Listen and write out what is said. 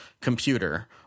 computer